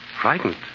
Frightened